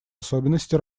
особенности